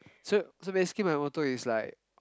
so so basically my motto is like